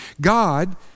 God